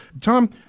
Tom